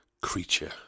creature